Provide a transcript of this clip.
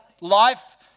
life